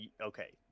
okay